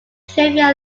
trivia